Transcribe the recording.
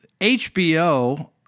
HBO